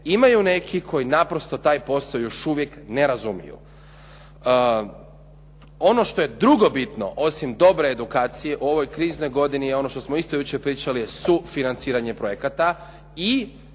imaju neki koji naprosto taj posao još uvijek ne razumiju. Ono što je drugo bitno osim dobre edukacije u ovoj kriznoj godini je ono što smo isto jučer pričali je sufinanciranje projekata i